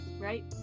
Right